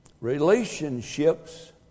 Relationships